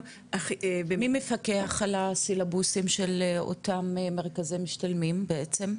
-- מי מפקח על הסילבוסים של אותם מרכזי משתלמים בעצם?